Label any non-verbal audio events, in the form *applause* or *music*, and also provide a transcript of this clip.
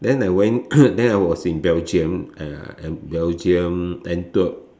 then I went *coughs* then I was in Belgium uh and Belgium Antwerp